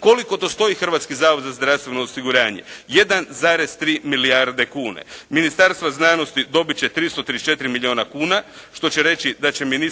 Koliko to stoji Hrvatski zavod za zdravstveno osiguranje? 1,3 milijarde kuna. Ministarstvo znanosti dobit će 334 milijuna kuna što reći da će ministar